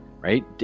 right